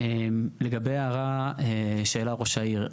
לגבי ההערה שהעלה ראש העיר,